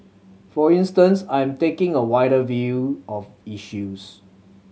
for instance I'm taking a wider view of issues